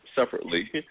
separately